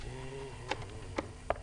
הישיבה